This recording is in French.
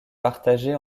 partagés